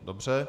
Dobře.